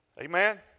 Amen